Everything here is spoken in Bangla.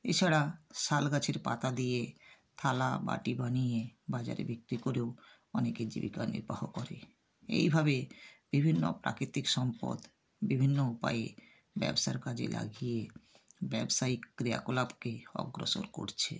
এছাড়া শাল গাছের পাতা দিয়ে থালা বাটি বানিয়ে বাজারে বিক্রি করেও অনেকে জীবিকা নির্বাহ করে এইভাবে বিভিন্ন প্রাকৃতিক সম্পদ বিভিন্ন উপায়ে ব্যবসার কাজে লাগিয়ে ব্যবসায়িক ক্রিয়াকলাপকে অগ্রসর করছে